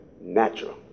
natural